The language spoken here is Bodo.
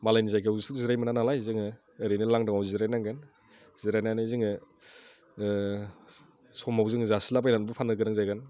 मालायनि जायगायाव जिरायनो मोना नालाय जोङो ओरैनो लांदांआव जिरायनांगोन जिरायनानै जोङो समाव जोङो जासिलाबायनानैबो फाननो गोनां जागोन